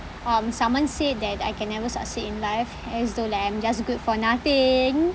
um someone said that I can never succeed in life as though like I am just good for nothing